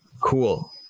cool